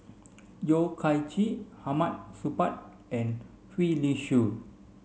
Yeo Kian Chye Hamid Supaat and Gwee Li Sui